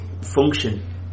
function